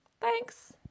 Thanks